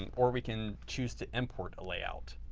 and or we can choose to import a layout.